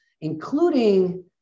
including